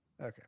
Okay